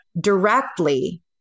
directly